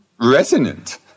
resonant